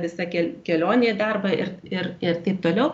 visa ke kelionė į darbą ir ir ir taip toliau